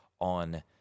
on